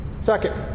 Second